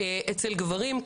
אצל גברים,